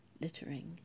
littering